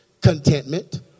Contentment